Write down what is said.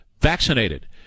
vaccinated